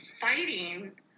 fighting